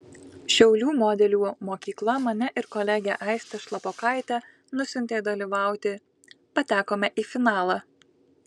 šiaulių modelių mokykla mane ir kolegę aistę šlapokaitę nusiuntė dalyvauti patekome į finalą